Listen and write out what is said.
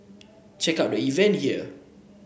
check out the event here